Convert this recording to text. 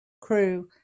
crew